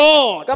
Lord